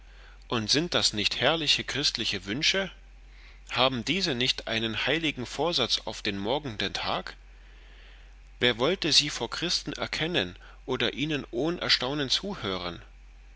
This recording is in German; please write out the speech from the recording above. pfarrer sind das nicht herrliche christliche wünsche haben diese nicht einen heiligen vorsatz auf den morgenden tag wer wollte sie vor christen erkennen oder ihnen ohn erstaunen zuhören